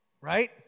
right